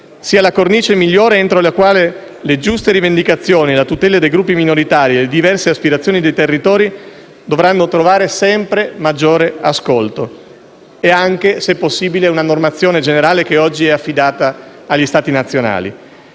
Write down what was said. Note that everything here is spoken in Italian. sia la cornice migliore entro la quale le giuste rivendicazioni a tutela dei gruppi minoritari e le diverse aspirazioni dei territori dovranno trovare sempre maggiore ascolto e anche, se possibile, una normazione generale, oggi affidata agli Stati nazionali.